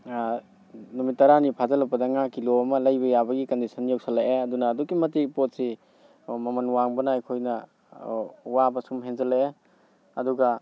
ꯅꯨꯃꯤꯠ ꯇꯔꯥꯅꯤ ꯐꯖꯜꯂꯛꯄꯗ ꯉꯥ ꯀꯤꯂꯣ ꯑꯃ ꯂꯩꯕ ꯌꯥꯕꯒꯤ ꯀꯟꯗꯤꯁꯟ ꯌꯧꯁꯜꯂꯛꯑꯦ ꯑꯗꯨꯅ ꯑꯗꯨꯛꯀꯤ ꯃꯇꯤꯛ ꯄꯣꯠꯁꯤ ꯃꯃꯟ ꯋꯥꯡꯕꯅ ꯑꯩꯈꯣꯏꯅ ꯋꯥꯕ ꯁꯨꯝ ꯍꯦꯟꯖꯜꯂꯛꯑꯦ ꯑꯗꯨꯒ